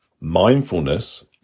Mindfulness